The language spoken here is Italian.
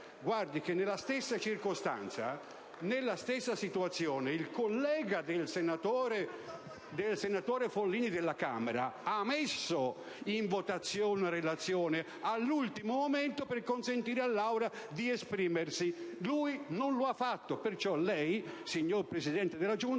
Nella stessa circostanza e nella stessa situazione, l'omologo del senatore Follini alla Camera ha messo in votazione la relazione, all'ultimo momento, per consentire all'Aula di esprimersi. Lui non lo ha fatto. Perciò il presidente della Giunta